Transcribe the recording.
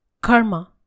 karma